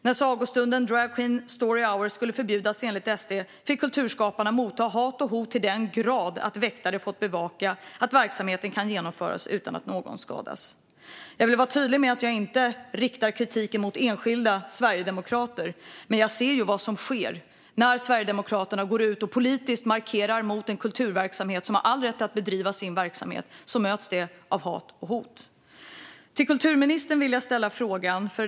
När sagostunden Drag Queen Story Hour skulle förbjudas enligt SD fick kulturskaparna motta hat och hot till den grad att väktare har fått bevaka att verksamheten kan genomföras utan att någon skadas. Jag vill vara tydlig med att jag inte riktar kritik mot enskilda sverigedemokrater, men jag ser vad som sker när Sverigedemokraterna politiskt markerar mot en funktion som har all rätt att bedriva kulturverksamhet. Det möts då av hat och hot.